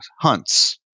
hunts